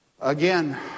Again